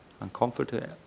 uncomfortable